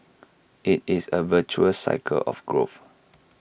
IT is A virtuous cycle of growth